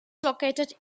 located